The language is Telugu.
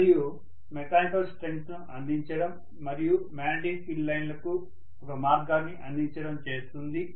మరియు మెకానికల్ స్ట్రెంగ్త్ ను అందించడం మరియు మాగ్నెటిక్ ఫీల్డ్ లైన్లకు ఒక మార్గాన్ని అందించడం చేస్తుంది